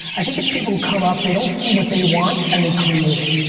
i think it's people who come up, they don't see what they want, and they create it.